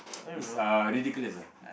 it's uh ridiculous ah